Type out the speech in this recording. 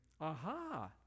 aha